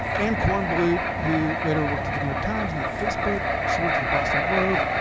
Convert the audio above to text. anne kornblut who later worked at the new york times, now at facebook, she worked at the boston globe.